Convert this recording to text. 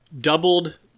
doubled